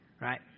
right